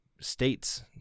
states